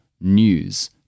news